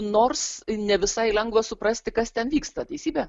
nors ne visai lengva suprasti kas ten vyksta teisybė